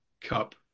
cup